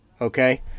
Okay